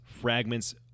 Fragments